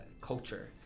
culture